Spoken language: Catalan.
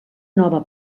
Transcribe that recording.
nova